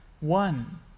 one